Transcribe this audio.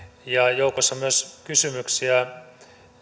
ja joukossa on myös kysymyksiä